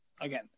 again